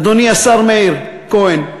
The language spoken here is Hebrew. אדוני השר מאיר כהן,